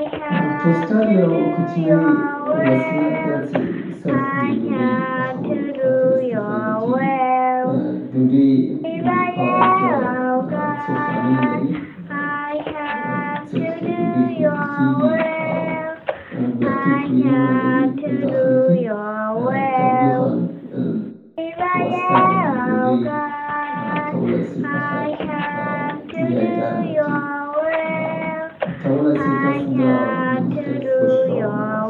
یو ټوسټر مونږه د ډوډي د ګرمولو د پاره استفاده کوو، البته دا څو خانې لري، کله چه مونږ هفه فشار سره داخل ته دننه باسو، د هغه کویلونه چې دي هغه ګرمیږي او کولای سو مونږه د هغه پواسطه باندې هغه کومه ډوډی چه مونږه ورکوو هغه پې باندې ګرمه کړو البته څو د خوراک لپاره هغه چمتو سي.